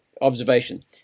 observation